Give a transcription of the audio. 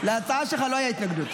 להצעה שלך לא הייתה התנגדות.